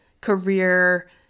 career